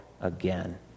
again